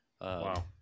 Wow